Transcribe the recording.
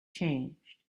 changed